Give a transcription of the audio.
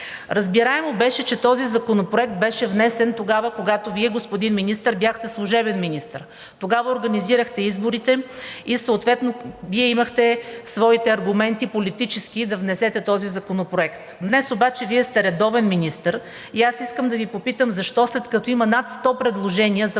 Разбираемо беше, че този законопроект беше внесен, когато Вие, господин Министър, бяхте служебен министър – тогава организирахте изборите и съответно Вие имахте своите политически аргументи да внесете Законопроекта. Днес обаче Вие сте редовен министър и аз искам да Ви попитам: след като има над 100 предложения за